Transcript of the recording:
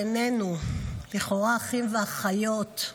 בינינו, אחים ואחיות לכאורה,